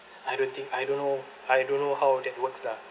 I don't think I don't know I don't know how that works lah